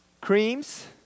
creams